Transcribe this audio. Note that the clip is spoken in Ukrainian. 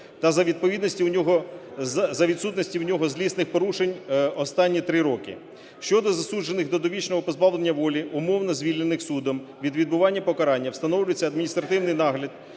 та за відсутності у нього злісних порушень останні 3 роки. Щодо засуджених до довічного позбавлення волі, умовно звільнених судом від відбування покарання, встановлюється адміністративний нагляд